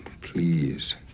please